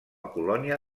colònia